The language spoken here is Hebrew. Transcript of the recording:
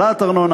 העלאת ארנונה,